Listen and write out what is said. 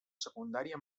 secundària